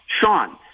Sean